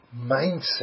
mindset